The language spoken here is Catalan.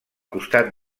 costat